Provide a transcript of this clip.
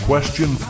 Question